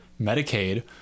Medicaid